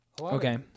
Okay